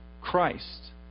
Christ